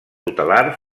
tutelar